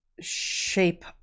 shape